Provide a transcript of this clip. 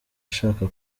ashaka